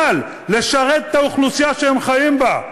אבל לשרת את האוכלוסייה שהם חיים בה,